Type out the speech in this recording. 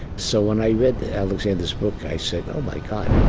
so when i read alexander's book, i said, oh, my god